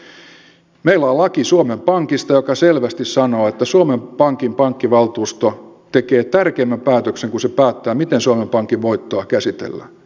meillä on laki suomen pankista joka selvästi sanoo että suomen pankin pankkivaltuusto tekee tärkeimmän päätöksen kun se päättää miten suomen pankin voittoa käsitellään